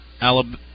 Alabama